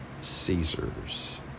Caesars